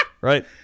right